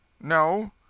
No